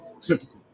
Typical